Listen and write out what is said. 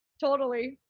totally.